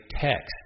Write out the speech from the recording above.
text